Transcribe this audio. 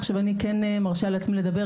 עכשיו אני כן מרשה לעצמי לדבר,